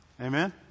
Amen